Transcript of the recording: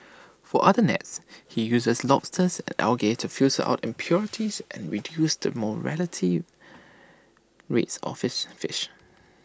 for other nets he uses lobsters and algae to filter out impurities and reduce the mortality rates of his fish